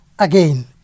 Again